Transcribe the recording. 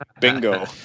Bingo